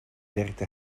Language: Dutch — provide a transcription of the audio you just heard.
werkte